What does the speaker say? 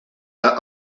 are